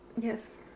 Yes